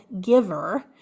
giver